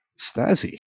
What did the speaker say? snazzy